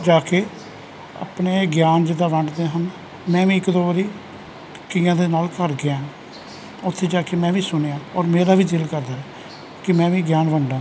ਜਾ ਕੇ ਆਪਣੇ ਗਿਆਨ ਜਿੱਦਾਂ ਵੰਡਦੇ ਹਨ ਮੈਂ ਵੀ ਇੱਕ ਦੋ ਵਾਰੀ ਕਈਆਂ ਦੇ ਨਾਲ ਘਰ ਗਿਆ ਹਾਂ ਉੱਥੇ ਜਾ ਕੇ ਮੈਂ ਵੀ ਸੁਣਿਆ ਔਰ ਮੇਰਾ ਵੀ ਦਿਲ ਕਰਦਾ ਕਿ ਮੈਂ ਵੀ ਗਿਆਨ ਵੰਡਾਂ